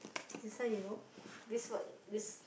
this one you know this one this